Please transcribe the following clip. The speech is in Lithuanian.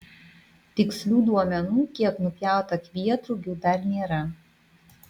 tikslių duomenų kiek nupjauta kvietrugių dar nėra